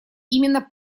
именно